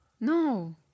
No